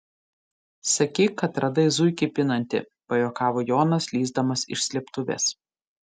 sakyk kad radai zuikį pinantį pajuokavo jonas lįsdamas iš slėptuvės